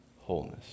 wholeness